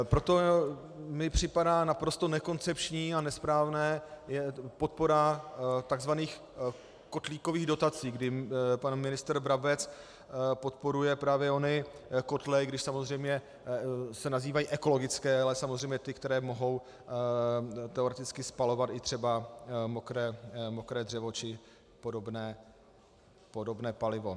Proto mi připadá naprosto nekoncepční a nesprávná podpora tzv. kotlíkových dotací, kdy pan ministr Brabec podporuje právě ony kotle, i když samozřejmě se nazývají ekologické, ale samozřejmě ty, které mohou teoreticky spalovat i třeba mokré dřevo či podobné palivo.